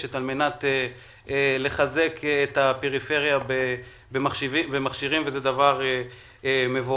ומחודשת על-מנת לחזק את הפריפריה במכשירים וזה דבר מבורך.